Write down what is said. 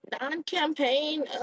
Non-campaign